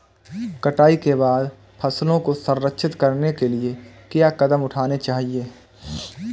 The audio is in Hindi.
कटाई के बाद फसलों को संरक्षित करने के लिए क्या कदम उठाने चाहिए?